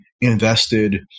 invested